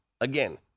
again